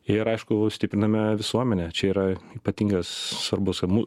ir aišku stipriname visuomenę čia yra ypatingas svarbus ir mū